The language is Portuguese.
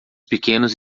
pequenos